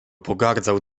pogardzał